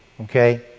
okay